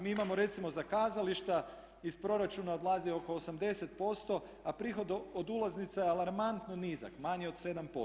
Mi imamo recimo za kazališta iz proračuna odlazi oko 80% a prihod od ulaznica je alarmantno nizak, manji od 7%